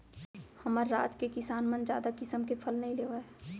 हमर राज के किसान मन जादा किसम के फसल नइ लेवय